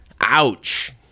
Ouch